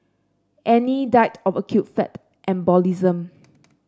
Annie died of acute fat embolism